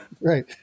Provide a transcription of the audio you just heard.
Right